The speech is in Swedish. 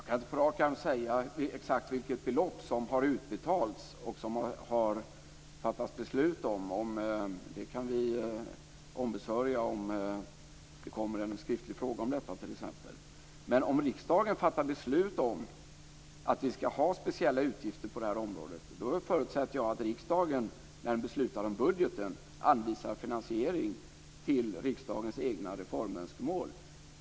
Fru talman! Jag kan inte på rak arm säga exakt vilket belopp som har utbetalats och som det har fattats beslut om. Det kan vi ombesörja om det kommer en skriftlig fråga om detta, t.ex. Om riksdagen fattar beslut om att vi skall ha speciella utgifter på detta område förutsätter jag att riksdagen, när den beslutar om budgeten, anvisar finansiering för sina egna reformönskemål.